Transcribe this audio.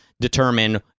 determine